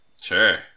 Sure